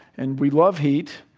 and we love heat.